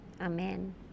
Amen